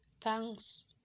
thanks